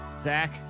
Zach